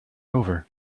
over